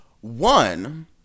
One